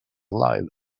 alive